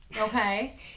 Okay